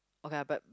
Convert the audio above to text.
okay lah but